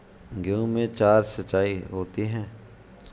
गेहूं में चार सिचाई होती हैं